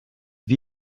wie